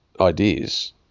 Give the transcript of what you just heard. ideas